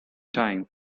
time